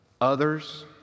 others